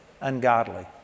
ungodly